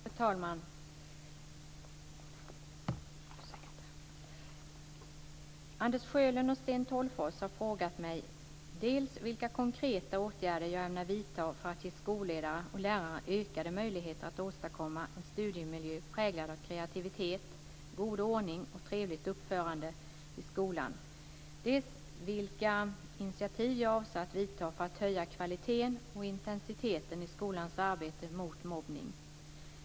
Fru talman! Anders Sjölund och Sten Tolgfors har frågat mig dels vilka konkreta åtgärder jag ämnar vidta för att ge skolledare och lärare ökade möjligheter att åstadkomma en studiemiljö präglad av kreativitet, god ordning och trevligt uppförande i skolan, dels vilka initiativ jag avser att vidta för att höja kvaliteten och intensiteten i skolans arbete mot mobbning.